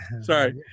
Sorry